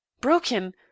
broken